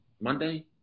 Monday